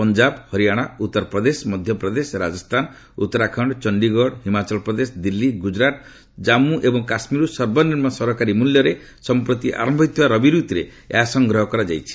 ପଞ୍ଜାବ ହରିୟାଣା ଉତ୍ତରପ୍ରଦେଶ ମଧ୍ୟପ୍ରଦେଶ ରାଜସ୍ଥାନ ଉତ୍ତରାଖଣ୍ଡ ଚଣ୍ଡିଗଡ ହିମାଚଳ ପ୍ରଦେଶ ଦିଲ୍ଲୀ ଗୁଜରାଟ ଓ ଜାମ୍ମୁ ଏବଂ କାଶ୍ମୀରରୁ ସର୍ବନିମ୍ନ ସରକାରୀ ମ୍ବଲ୍ୟରେ ସମ୍ପ୍ରତି ଆରମ୍ଭ ହୋଇଥିବା ରବିରତ୍ନରେ ଏହା ସଂଗ୍ରହ କରାଯାଇଛି